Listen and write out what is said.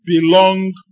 belong